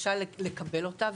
קשה לקבל אותה.